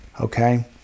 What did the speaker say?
Okay